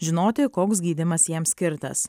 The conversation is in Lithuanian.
žinoti koks gydymas jam skirtas